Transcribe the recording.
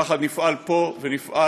יחד נפעל פה ונפעל